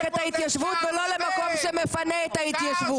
את ההתיישבות ולא למקום שמפנה את ההתיישבות.